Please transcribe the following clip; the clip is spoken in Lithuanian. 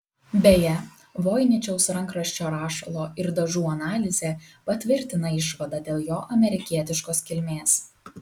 beje voiničiaus rankraščio rašalo ir dažų analizė patvirtina išvadą dėl jo amerikietiškos kilmės